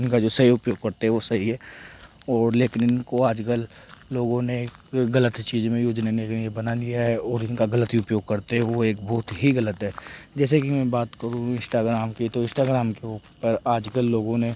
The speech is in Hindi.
इनका जो सही उपयोग करते हैं वो सही है और लेकिन इनको आज कल लोगों ने गलत चीज में यूज बना लिया है और इनका गलत उपयोग करते हो एक बहुत ही गलत है जैसे कि मैं बात करूँ इंश्टाग्राम की तो इंश्टाग्राम के ऊपर आज कल लोगों ने